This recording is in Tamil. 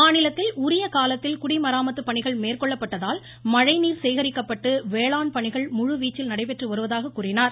மாநிலத்தில் உரிய காலத்தில் குடிமராமத்து பணிகள் மேற்கொள்ளப்பட்டதால் மழைநீர் சேகரிக்கப்பட்டு வேளாண் பணிகள் முழுவீச்சில் நடைபெற்று வருவதாக கூறினார்